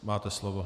Máte slovo.